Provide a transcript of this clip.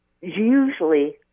usually